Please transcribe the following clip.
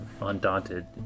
Undaunted